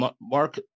Mark